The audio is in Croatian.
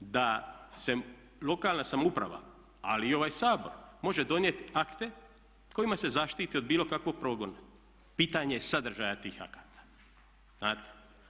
da se lokalna samouprava ali i ovaj Sabor može donijeti akte kojima se zaštiti od bilo kakvog progona, pitanje je sadržaja tih akata, znate.